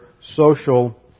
social